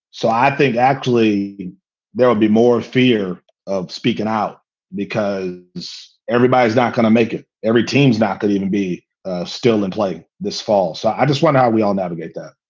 so i think actually there will be more fear of speaking out because everybody is not going to make it. every team's not. that used to be still in play this fall. so i just wonder how we all navigate that